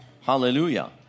Hallelujah